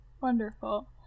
Wonderful